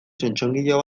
txotxongilo